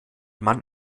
man